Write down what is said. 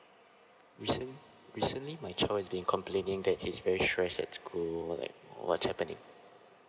recent recently my child has been complaining that he's very stress at school like what's happening